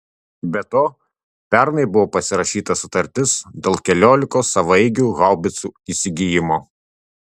be to pernai buvo pasirašyta sutartis dėl keliolikos savaeigių haubicų įsigijimo